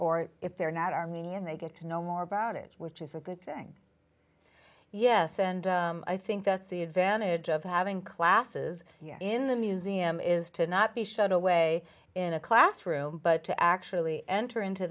or if they're not armenian they get to know more about it which is a good thing yes and i think that's the advantage of having classes in the museum is to not be shut away in a classroom but to actually enter into